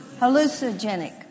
hallucinogenic